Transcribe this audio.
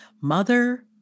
mother